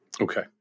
Okay